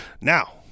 Now